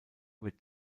wird